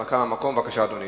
הנמקה מהמקום, בבקשה, אדוני.